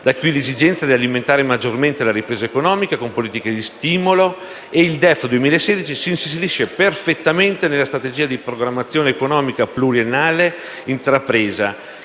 Da qui l'esigenza di alimentare maggiormente la ripresa economica con politiche di stimolo e il DEF 2016 si inserisce perfettamente nella strategia di programmazione economica pluriennale intrapresa,